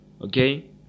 Okay